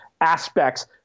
aspects